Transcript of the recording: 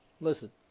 Listen